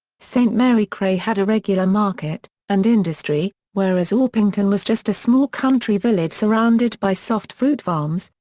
st mary cray had a regular market, and industry, whereas orpington was just a small country village surrounded by soft fruit farms,